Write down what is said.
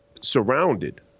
surrounded